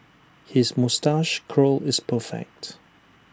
his moustache curl is perfect